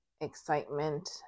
excitement